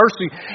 mercy